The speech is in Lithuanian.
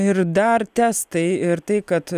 ir dar testai ir tai kad